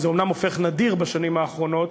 זה אומנם הופך נדיר בשנים האחרונות,